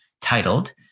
titled